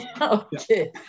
Okay